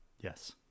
Yes